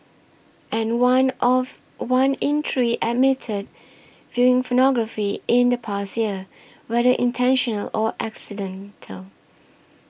and one of one in three admitted viewing pornography in the past year whether intentional or accidental